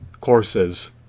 courses